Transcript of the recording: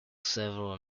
several